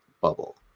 bubble